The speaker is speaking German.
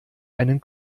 einen